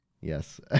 Yes